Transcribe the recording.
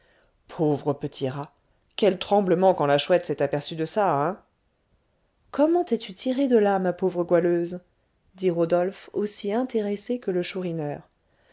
pauvre petit rat quel tremblement quand la chouette s'est aperçue de ça hein comment t'es-tu tirée de là ma pauvre goualeuse dit rodolphe aussi intéressé que le